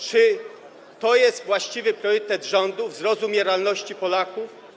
Czy to jest właściwy priorytet rządu - wzrost umieralności Polaków?